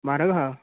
म्हारग आसा